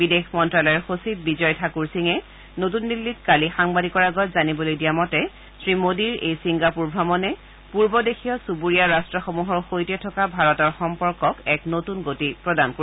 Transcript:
বিদেশ মন্ত্যালয়ৰ সচিব বিজয় ঠাকুৰ সিঙে নতুন দিল্লীত কালি সাংবাদিকৰ আগত জানিবলৈ দিয়া মতে শ্ৰীমোডীৰ এই চিংগাপুৰ ভ্ৰমনে পূৰ্ব দেশীয় চুবুৰীয়া ৰাট্টসমূহৰ সৈতে থকা ভাৰতৰ সম্পৰ্কক এক নতুন গতি প্ৰদান কৰিব